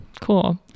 Cool